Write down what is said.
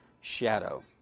shadow